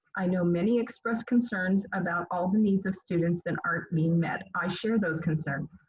i know many express concerns about all the needs of students that aren't being met. i share those concerns,